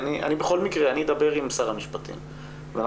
בכל מקרה אני אדבר עם שר המשפטים ואנחנו